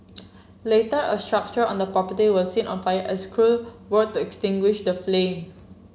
later a structure on the property was seen on fire as crews worked extinguish the flame